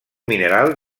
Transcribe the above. mineral